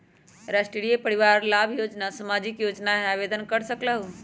राष्ट्रीय परिवार लाभ योजना सामाजिक योजना है आवेदन कर सकलहु?